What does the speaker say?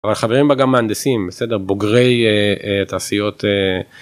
אבל חברים בה גם מהנדסים בסדר, בוגרי תעשיות.